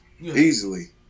easily